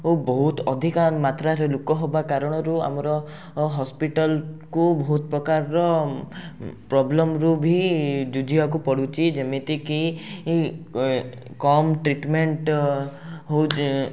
ତ ବହୁତ ଅଧିକା ମାତ୍ରାରେ ଲୋକ ହେବା କାରଣରୁ ଆମର ହସ୍ପିଟାଲ୍କୁ ବହୁତ ପ୍ରକାରର ଉଁ ପ୍ରବ୍ଲେମ୍ରୁ ଭି ଯୁଝିବାକୁ ପଡ଼ୁଛି ଯେମିତିକି କମ୍ ଟ୍ରିଟମେଣ୍ଟ୍ ଅ ହେଉଛି